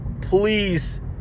please